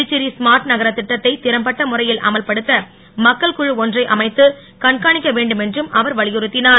Puducherry smart நகர திட்டத்தை திறம்பட்ட முறையில் அமல்படுத்த மக்கள் குழு ஒன்றை அமைத்து கண்காணிக்க வேண்டுமென்றும் அவர் வலியுறுத்தினார்